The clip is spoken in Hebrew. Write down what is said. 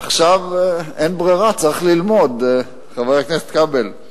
עכשיו אין ברירה, צריך ללמוד, חבר הכנסת כבל.